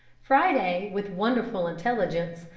friday, with wonderful intelligence,